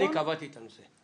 אני קבעתי את נושא הדיון.